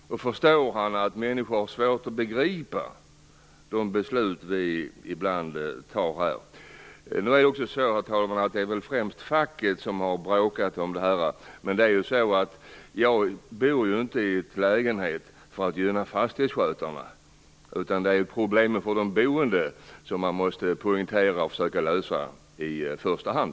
Förstår han att människor har svårt att begripa de beslut vi ibland fattar här? Det är väl, herr talman, främst facket som har bråkat om det här. Men jag bor ju inte i lägenhet för att gynna fastighetsskötarna. Det är ju problemen för de boende som man måste poängtera och försöka lösa i första hand.